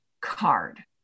card